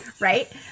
Right